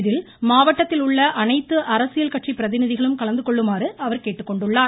இதில் மாவட்டத்தில் உள்ள அனைத்து அரசியல் கட்சி பிரதிநிதிகளும் கலந்துகொள்ளுமாறு அவர் கேட்டுக்கொண்டார்